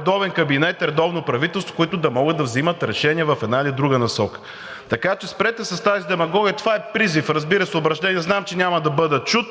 избран кабинет, редовно правителство, които да могат да вземат решения в една или друга насока, така че спрете с тази демагогия. Това е призив, разбира се, обръщение. Знам, че няма да бъда чут.